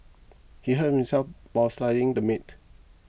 he hurt himself while slicing the meat